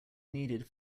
needed